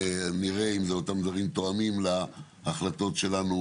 נראה אם זה אותם דברים תואמים להחלטות שלנו